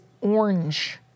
orange